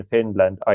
Finland